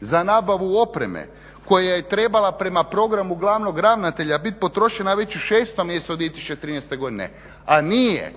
za nabavu opreme koja je trebala prema programu glavnog ravnatelja biti potrošena već u 6. mjesecu 2013. godine, a nije.